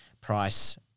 price